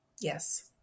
Yes